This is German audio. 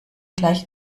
gleich